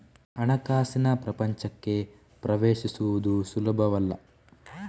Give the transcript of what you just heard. ಹಣಕಾಸಿನ ಪ್ರಪಂಚಕ್ಕೆ ಪ್ರವೇಶಿಸುವುದು ಸುಲಭವಲ್ಲ